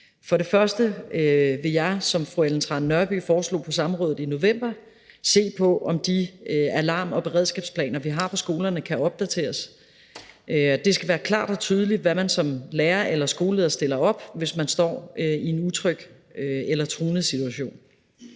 For det første vil jeg, som fru Ellen Trane Nørby foreslog på samrådet i november, se på, om de alarm- og beredskabsplaner, vi har på skolerne, kan opdateres. Det skal være klart og tydeligt, hvad man som lærer eller skoleleder stiller op, hvis man står i en utryg eller truende situation.